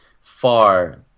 far